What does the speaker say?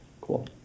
Cool